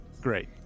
Great